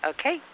Okay